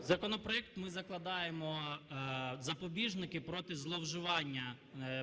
законопроект ми закладаємо запобіжники проти зловживання